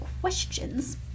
questions